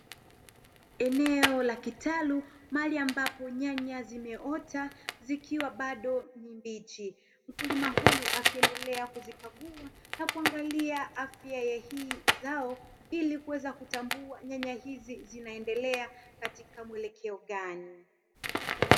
Eneo la kitalu mahali ambapo nyanya zimeota zikiwa bado ni mbichi, mkulima huyu akiendelea kuzikagua na kuangalia afya ya hili zao ili kuweza kutambua nyanya hizi zinaendelea katika muelekeo gani.